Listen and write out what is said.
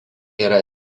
yra